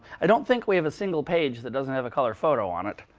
i don't think we have a single page that doesn't have a color photo on it.